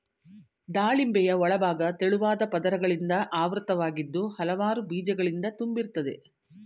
ದಾಳಿಂಬೆಯ ಒಳಭಾಗ ತೆಳುವಾದ ಪದರಗಳಿಂದ ಆವೃತವಾಗಿದ್ದು ಹಲವಾರು ಬೀಜಗಳಿಂದ ತುಂಬಿರ್ತದೆ